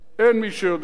אין מי שיודע.